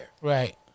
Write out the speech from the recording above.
Right